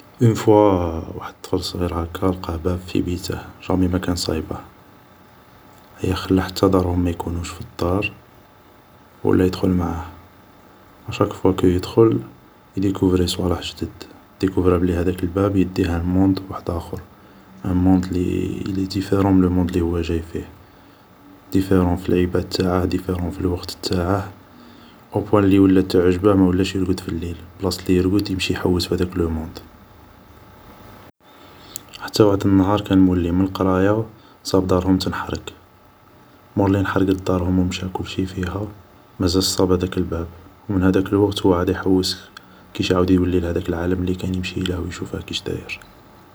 اون فوا واحد طفل صغير هاكا لقا باب في بيته جامي لا كان صايبه ، ايا خلا حتا دارهم ما يكونوش في الدار ولا يدخل معاه ، اشاك فوا كي يدخل ، يديكوفري صوالح جدد ، ديكوفرا بلي هداك الباب يدي لعالم وحداخر ، ان موند اللي ديفيرون على الموند اللي هو جاي فيه، ديفيرون في العباد تاعه. ديفيرون في الوقت تاعه ، اوبوان اللي ولات تعجبه مولاش يرقد في الليل ، بلاصة اللي يرقد يمشي يحوس في هداك لو موند ، حتى واحد نهار كان مولي من القراية ، صاب دارهم تنحرق ، مور اللي نحرقت دارهم مشا كلشي فيها ، مازادش صاب هديك الباب، من هداك الوقت و هو يحوس كيش يعاود يولي لهداك العالم اللي كان يمشيله و يشوفه كيش داير